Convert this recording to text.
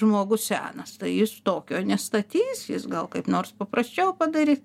žmogus senas tai jis tokio nestatys jis gal kaip nors paprasčiau padarys